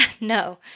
No